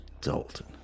dalton